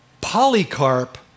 Polycarp